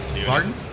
Pardon